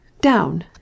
down